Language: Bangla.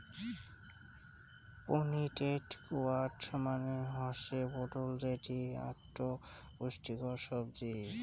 পোনিটেড গোয়ার্ড মানে হসে পটল যেটি আকটো পুষ্টিকর সাব্জি